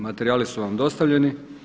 Materijali su vam dostavljeni.